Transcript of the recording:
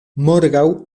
morgaŭ